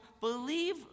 believe